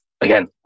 again